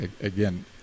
again